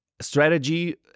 strategy